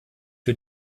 für